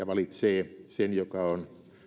valitsee sen joka on